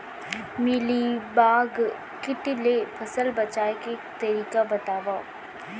Mealybug किट ले फसल बचाए के तरीका बतावव?